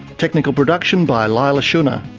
technical production by leila shunnar,